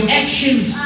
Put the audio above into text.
actions